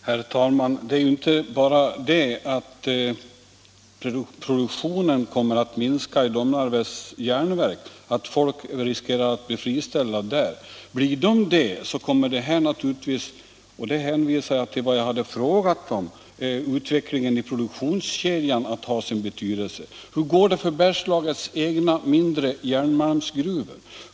Herr talman! Det är inte bara det att produktionen kommer att minska vid Domnarvets Jernverk och att anställda riskerar att bli friställda där. Blir de det kommer naturligtvis — och där hänvisar jag till vad jag hade frågat om — utvecklingen i produktionskedjan att ha sin betydelse. Hur går det för Bergslagens egna mindre järnmalmsgruvor?